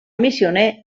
missioner